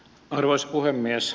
arvoisa puhemies